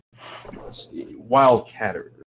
Wildcatters